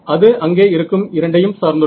அது அங்கே இருக்கும் இரண்டையும் சார்ந்துள்ளது